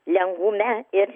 lengvume ir